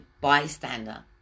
bystander